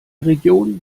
region